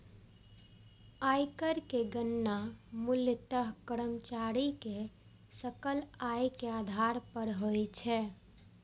आयकर के गणना मूलतः कर्मचारी के सकल आय के आधार पर होइ छै